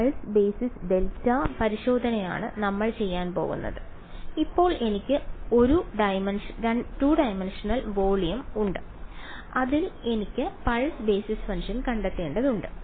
അതിനാൽ pulse basis delta പരിശോധനയാണ് നമ്മൾ ചെയ്യാൻ പോകുന്നത് ഇപ്പോൾ എനിക്ക് ഒരു 2 ഡൈമൻഷണൽ വോളിയം ഉണ്ട് അതിൽ എനിക്ക് പൾസ് ബേസിസ് ഫംഗ്ഷൻ കണ്ടെത്തേണ്ടതുണ്ട്